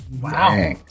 Wow